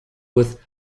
with